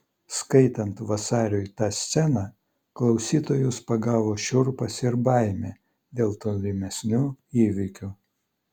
skaitant vasariui tą sceną klausytojus pagavo šiurpas ir baimė dėl tolimesnių įvykių